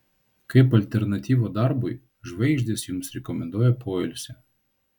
kaip alternatyvą darbui žvaigždės jums rekomenduoja poilsį